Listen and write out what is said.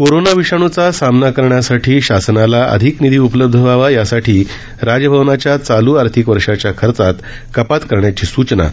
corona विषाणूचा सामना करण्यासाठी शासनाला अधिक निधी उपलब्ध व्हावा यासाठी राजभवनाच्या चालू आर्थिक वर्षाच्या खर्चात कपात करण्याची सूचना